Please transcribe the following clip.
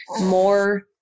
more